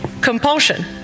Compulsion